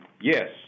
yes